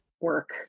work